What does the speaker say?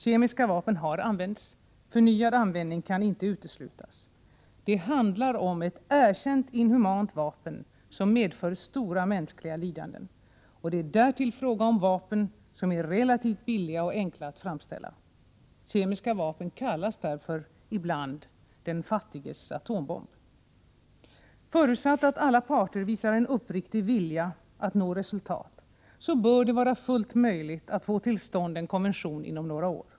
Kemiska vapen har använts. Förnyad användning kan inte uteslutas. Det handlar om ett erkänt inhumant vapen som medför stora mänskliga lidanden. Det är därtill fråga om vapen som är relativt billiga och enkla att framställa. Kemiska vapen kallas därför ibland ”den fattiges atombomb”. Förutsatt att alla parter visar en uppriktig vilja att nå resultat bör det vara fullt möjligt att få till stånd en konvention inom några år.